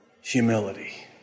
humility